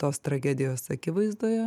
tos tragedijos akivaizdoje